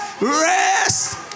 rest